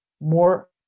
more